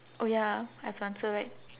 oh ya I have to answer right